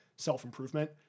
self-improvement